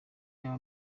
yaba